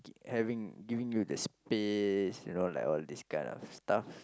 having giving you the space you know like all this kind of stuff